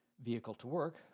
Vehicle-to-work